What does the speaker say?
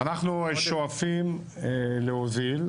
אנחנו שואפים להוזיל,